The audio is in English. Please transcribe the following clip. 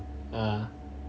ah